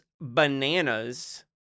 bananas